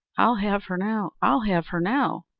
i'll have her now! i'll have her now!